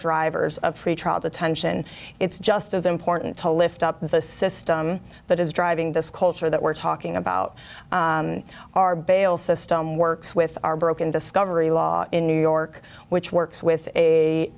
drivers of pretrial detention it's just as important to lift up the system that is driving this culture that we're talking about our bail system works with our broken discovery law in new york which works with a